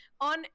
on